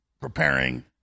preparing